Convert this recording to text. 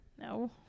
No